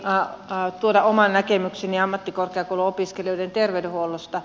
haluan tuoda oman näkemykseni ammattikorkeakouluopiskelijoiden terveydenhuollosta